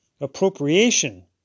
appropriation